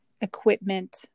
equipment